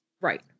Right